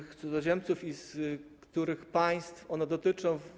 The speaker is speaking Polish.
Cudzoziemców z których państw one dotyczą?